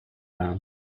baan